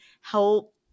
help